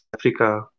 Africa